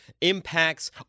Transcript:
impacts